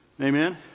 Amen